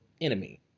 enemy